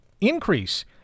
increase